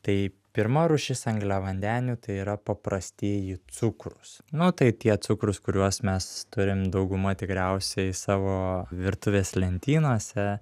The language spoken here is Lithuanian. tai pirma rūšis angliavandenių tai yra paprastieji cukrūs nu tai tie cukrūs kuriuos mes turim dauguma tikriausiai savo virtuvės lentynose